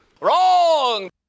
Wrong